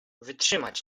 wytrzymać